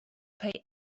pay